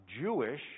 Jewish